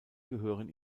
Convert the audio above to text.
gehören